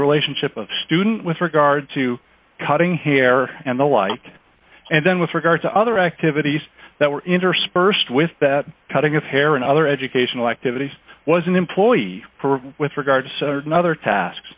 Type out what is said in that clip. relationship of student with regard to cutting hair and the like and then with regard to other activities that were interspersed with that cutting of hair and other educational activities was an employee with regard to certain other tasks